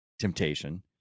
temptation